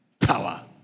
power